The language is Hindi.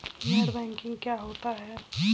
नेट बैंकिंग क्या होता है?